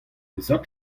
peseurt